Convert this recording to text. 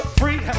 free